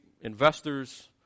investors